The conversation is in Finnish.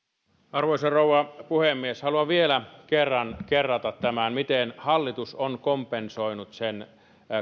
arvoisa rouva puhemies haluan vielä kerran kerrata tämän miten hallitus on kompensoinut sen